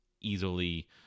easily